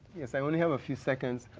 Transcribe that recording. yes, i only have a few seconds.